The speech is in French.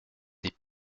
des